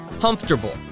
Comfortable